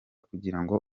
kugirango